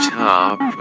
top